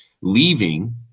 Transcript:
leaving